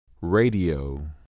Radio